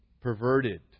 perverted